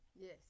yes